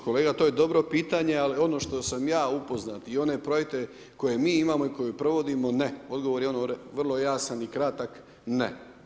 Kolega, to je dobro pitanje ali ono što sam ja upoznat i one projekte koje mi imamo i koje provodimo, ne, odgovor je vrlo jasan i kratak, ne.